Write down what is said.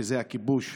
שזה הכיבוש,